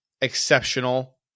exceptional